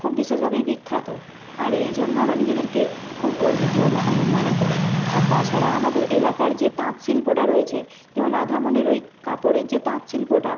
খুব বিশেষভাবেই বিখ্যাত আর এই জন্য আমরা নিজেদেরকে খুব গর্বিতও মনে করি আর তাছাড়া আমাদের এলাকার যে তাঁত শিল্পটা রয়েছে যেমন রাধামনের ওই কাপড়ের যে তাঁত শিল্পটা